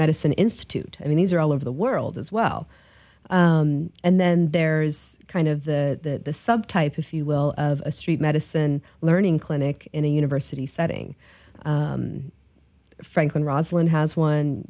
medicine institute i mean these are all over the world as well and then there's kind of the subtype if you will of a street medicine learning clinic in a university setting franklin rosalyn has one